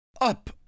Up